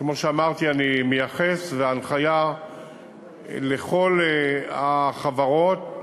כמו שאמרתי, אני מייחס, וההנחיה לכל החברות היא